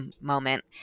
moment